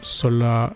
sola